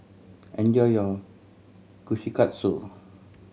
enjoy your Kushikatsu